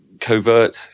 covert